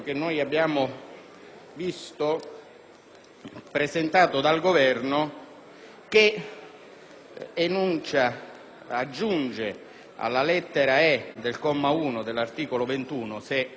presentato dal Governo, che propone di aggiungere alla lettera *e)* del comma 1 dell'articolo 21, se il testo è confermato,